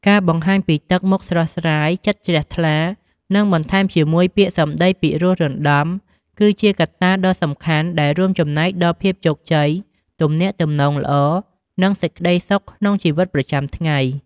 ការបង្ហាញពី ទឹកមុខស្រស់ស្រាយ ចិត្តជ្រះថ្លា និងបន្ថែមជាមួយពាក្យសម្ដីពិរោះរណ្ដំ គឺជាកត្តាដ៏សំខាន់ដែលរួមចំណែកដល់ភាពជោគជ័យ ទំនាក់ទំនងល្អ និងសេចក្តីសុខក្នុងជីវិតប្រចាំថ្ងៃ។